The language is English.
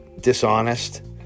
dishonest